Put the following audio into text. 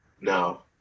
No